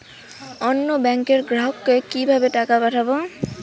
অন্য ব্যাংকের গ্রাহককে কিভাবে টাকা পাঠাবো?